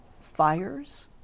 fires